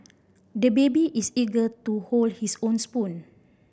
the baby is eager to hold his own spoon